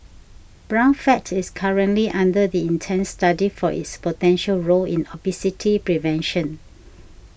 brown fat is currently under the intense study for its potential role in obesity prevention